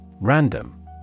Random